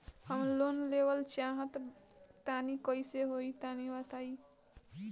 हम लोन लेवल चाह तनि कइसे होई तानि बताईं?